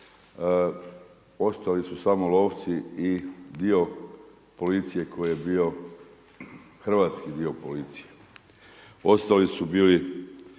ostali su samo lovci i dio policije koji je bio hrvatski dio policije. Ostali su bili